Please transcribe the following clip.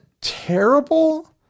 terrible